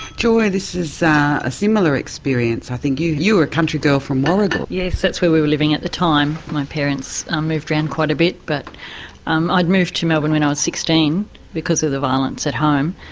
joy, this is a similar experience. i think, you you were a country girl from warragul. yes, that's where we were living at the time. my parents um moved round quite a bit but um i'd moved to melbourne when i was sixteen because of the violence at home.